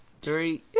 Three